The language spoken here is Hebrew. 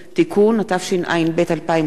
התשע"ב 2012,